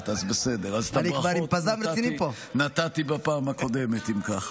הברכות נתתי בפעם הקודמת, אם כך.